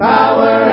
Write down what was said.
Power